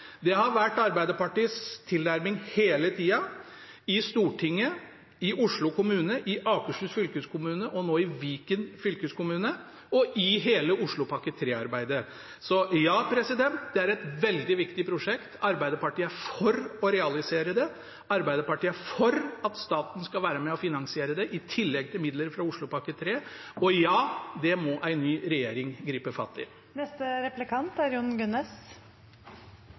Det har vært Arbeiderpartiets tilnærming hele tida – i Stortinget, i Oslo kommune, i Akershus fylkeskommune og nå i Viken fylkeskommune og i hele Oslopakke 3-arbeidet. Så ja, det er et veldig viktig prosjekt, Arbeiderpartiet er for å realisere det. Arbeiderpartiet er for at staten skal være med og finansiere det i tillegg til midler fra Oslopakke 3, og ja, det må en ny regjering gripe fatt i.